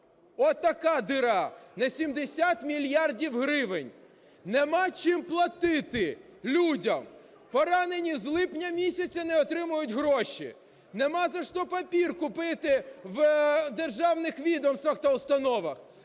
отака діра - на 70 мільярдів гривень, нема платити людям. Поранені з липня місяця не отримують гроші, нема за що папір купити в державних відомствах та установах.